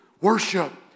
worship